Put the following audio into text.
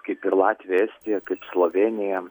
kaip ir latvija estija kaip slovėnija